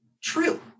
true